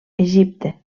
egipte